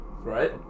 Right